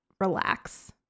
relax